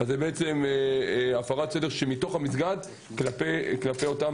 זו בעצם הפרת סדר מתוך המסגד כלפי אותם